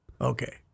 Okay